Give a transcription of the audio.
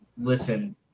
Listen